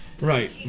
Right